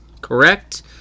correct